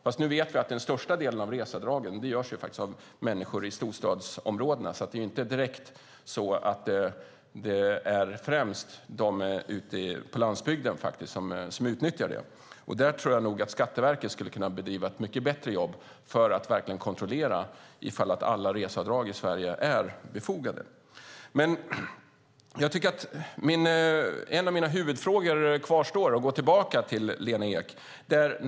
Men nu vet vi att den största delen av reseavdragen görs av människor i storstadsområdena, så det är inte direkt så att det främst är de ute på landsbygden som utnyttjar dem. Där tror jag nog att Skatteverket skulle kunna bedriva ett mycket bättre jobb för att verkligen kontrollera om alla reseavdrag i Sverige är befogade. En av mina huvudfrågor kvarstår och går tillbaka till Lena Ek.